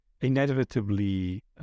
inevitably